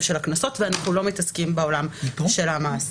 הקנסות ואנחנו לא מתעסקים בעולם של המאסר.